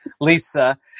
Lisa